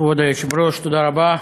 כבוד היושב-ראש, תודה רבה,